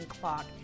clock